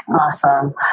Awesome